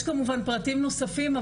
יש כמובן פרטים נוספים.